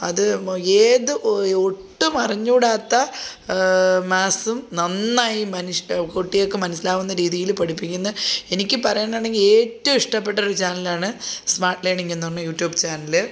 അത് ഏത് ഒട്ടും അറിഞ്ഞുകൂടാത്ത മാസ്സും മനസ്സിലി നന്നായി മാനിഷ്ട കുട്ടികൾക്കു മനസ്സിലാകുന്ന രീതിയിൽ പഠിപ്പിക്കുന്ന എനിക്ക് പറയാനാണെങ്കിൽ ഏറ്റവും ഇഷ്ടപ്പെട്ട ഒരു ചാൻലാണ് സ്മാർട്ട് ലേർണിങ് എന്നുപറയുന്ന യൂട്യൂബ് ചാനൽ